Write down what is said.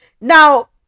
now